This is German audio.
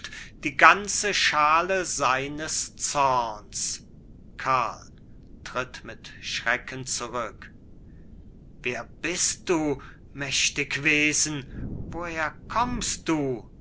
die ganze schale seines zorns karl tritt mit schrecken zurück wer bist du mächtig wesen woher kommst du